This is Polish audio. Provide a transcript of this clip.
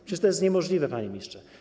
Przecież to jest niemożliwe, panie ministrze.